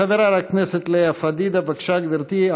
חברת הכנסת לאה פדידה, בבקשה, גברתי.